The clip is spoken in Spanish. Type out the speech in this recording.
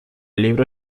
libro